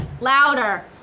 louder